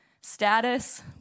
status